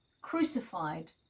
crucified